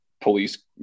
police